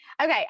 Okay